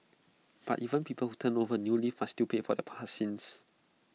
but even people who turn over new leaf must still pay for their past sins